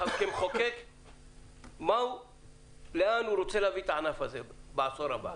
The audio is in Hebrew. כמחוקק לאן הוא רוצה להביא את הענף הזה בעשור הבא.